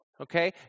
Okay